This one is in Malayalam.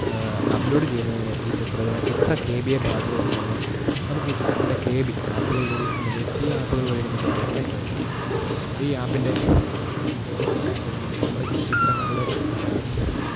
അപ്ലോഡ് ചെയ്യുന്നതിന് ഈ ചിത്രത്തിന് ഇത്ര കെ ബിയെ പാടുള്ളൂ എന്ന് പറഞ്ഞ് നമുക്ക് ഈ ചിത്രത്തിൻ്റെ കെ ബി ആപ്പുകൾ വഴി നമുക്ക് ഈ ആപ്പുകൾ വഴി നമുക്ക് കുറയ്ക്കാൻ സാധിക്കും ഈ ആപ്പിൻ്റെ ഈ ക്വാളിറ്റിയും അത് തന്നെയാണ് നമ്മളേക്കെ ഈ ചിത്രങ്ങളുടെ